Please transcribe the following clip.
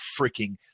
freaking